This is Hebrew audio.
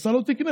אז אתה לא תקנה.